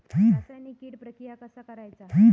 रासायनिक कीड प्रक्रिया कसा करायचा?